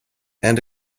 and